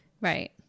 right